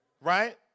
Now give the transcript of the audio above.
right